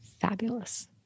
Fabulous